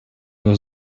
was